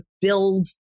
build